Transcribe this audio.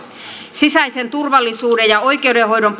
sisäisen turvallisuuden ja oikeudenhoidon